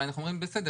אנחנו אומרים בסדר,